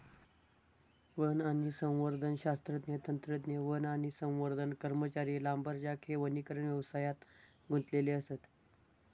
one आणि संवर्धन शास्त्रज्ञ, तंत्रज्ञ, वन आणि संवर्धन कर्मचारी, लांबरजॅक हे वनीकरण व्यवसायात गुंतलेले असत